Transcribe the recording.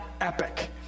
Epic